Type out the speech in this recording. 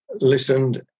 listened